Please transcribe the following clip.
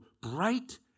bright